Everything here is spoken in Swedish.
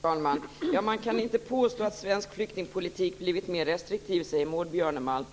Fru talman! Man kan inte påstå att svensk flyktingpolitik blivit mer restriktiv, säger Maud Björnemalm.